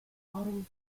autumn